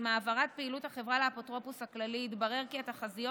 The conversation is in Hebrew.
עם העברת פעילות החברה לאפוטרופוס הכללי התברר כי התחזיות